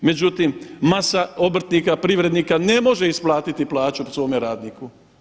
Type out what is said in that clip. Međutim masa obrtnika, privrednika ne može isplatiti plaću svome radniku.